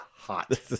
hot